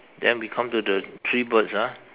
then we come to the three birds ah